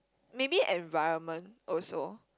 maybe environment also